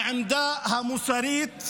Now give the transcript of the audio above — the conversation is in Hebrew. בעמדה המוסרית.